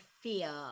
fear